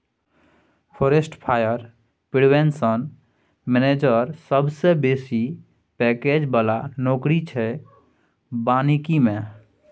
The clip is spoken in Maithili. फारेस्ट फायर प्रिवेंशन मेनैजर सबसँ बेसी पैकैज बला नौकरी छै बानिकी मे